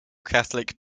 catholic